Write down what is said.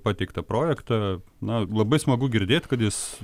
pateiktą projektą na labai smagu girdėt kad jis